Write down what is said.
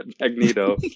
Magneto